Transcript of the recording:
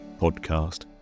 Podcast